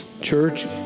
Church